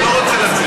הוא לא רוצה לצאת.